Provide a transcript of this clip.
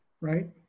right